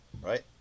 right